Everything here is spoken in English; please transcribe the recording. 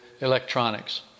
electronics